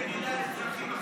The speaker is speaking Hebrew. זה כלי מדידה לצרכים אחרים.